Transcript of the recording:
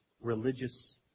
religious